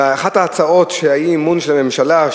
ואחת ההצעות של האי-אמון בממשלה,